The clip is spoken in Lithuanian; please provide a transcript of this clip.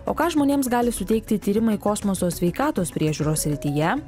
o ką žmonėms gali suteikti tyrimai kosmoso sveikatos priežiūros srityje